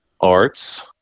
arts